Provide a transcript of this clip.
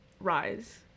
rise